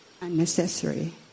Unnecessary